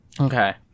Okay